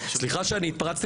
סליחה שהתפרצתי,